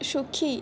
সুখী